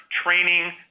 training